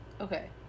Okay